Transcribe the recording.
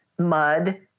mud